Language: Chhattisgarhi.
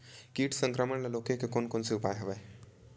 कीट संक्रमण ल रोके के कोन कोन तरीका हवय?